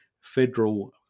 federal